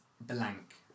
blank